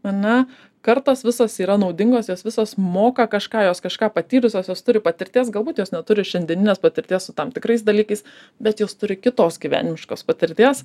ar ne kartos visos yra naudingos jos visos moka kažką jos kažką patyrusios jos turi patirties galbūt jos neturi šiandieninės patirties su tam tikrais dalykais bet jos turi kitos gyvenimiškos patirties